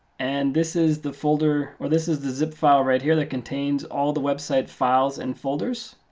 and this is the folder, or this is the zip file right here that contains all the website files and folders.